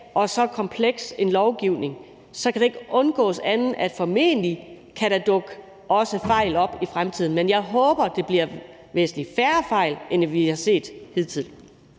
med så kompleks en lovgivning kan det ikke undgås, at der formentlig også kan dukke fejl op i fremtiden. Men jeg håber, det bliver væsentlig færre fejl, end vi har set hidtil.